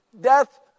death